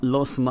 Los